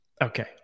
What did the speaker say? Okay